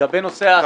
לגבי נושא ההסכמות.